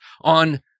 on